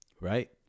Right